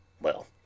Well